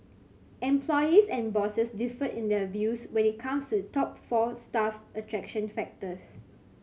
employees and bosses differed in their views when it comes to the top four staff attraction factors